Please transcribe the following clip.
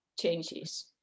changes